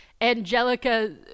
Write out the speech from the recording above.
Angelica